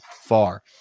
far